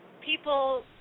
people